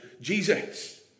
Jesus